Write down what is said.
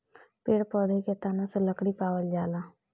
पेड़ पौधा के तना से लकड़ी पावल जाला